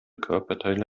körperteile